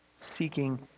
seeking